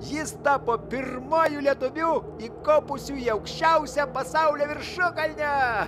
jis tapo pirmuoju lietuviu įkopusiu į aukščiausią pasaulio viršukalnę